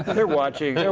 they're watching.